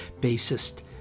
bassist